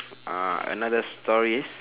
uh another stories